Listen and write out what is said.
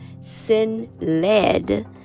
sin-led